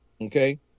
Okay